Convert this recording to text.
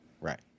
Right